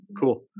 cool